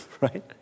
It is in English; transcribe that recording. right